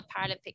Paralympic